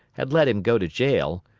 had let him go to jail,